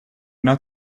not